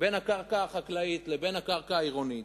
בין הקרקע החקלאית לבין הקרקע העירונית,